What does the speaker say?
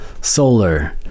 solar